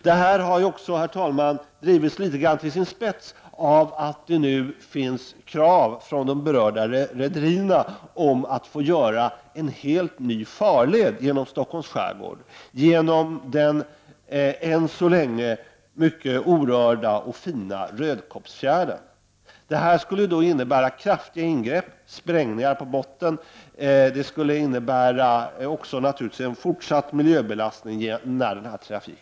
Detta har också, herr talman, drivits litet grand till sin spets av det faktum att de berörda rederierna nu har framfört krav på att få göra en helt ny farled genom Stockholms skärgård, genom den än så länge mycket orörda och fina Rödkobbsfjärden. Det skulle innebära kraftiga ingrepp, sprängningar på botten och en fortsatt miljöbelastning när trafiken väl går fram här.